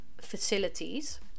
facilities